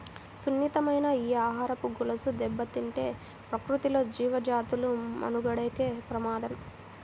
సున్నితమైన ఈ ఆహారపు గొలుసు దెబ్బతింటే ప్రకృతిలో జీవజాతుల మనుగడకే ప్రమాదం